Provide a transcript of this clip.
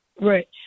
Right